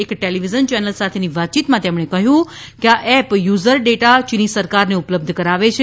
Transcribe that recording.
એક television channel સાથેની વાતચીતમાં તેમણે કહ્યું કે આ એપ યુઝર ડેટા ચીની સરકારને ઉપલબદ્ધ કરાવે છે